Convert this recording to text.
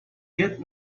get